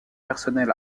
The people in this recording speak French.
personnel